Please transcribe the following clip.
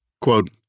Quote